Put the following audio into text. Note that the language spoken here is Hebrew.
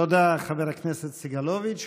תודה, חבר הכנסת סגלוביץ'.